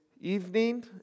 Evening